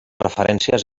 referències